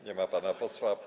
Nie ma pana posła.